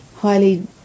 highly